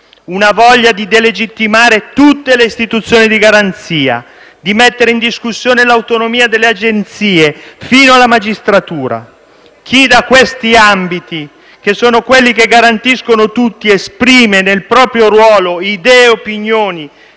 una voglia di delegittimare tutte le istituzioni di garanzia, di mettere in discussione l'autonomia delle agenzie fino alla magistratura. Chi, da questi ambiti, che sono quelli che garantiscono tutti, esprime nel proprio ruolo idee ed opinioni